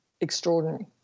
extraordinary